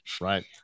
Right